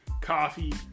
coffee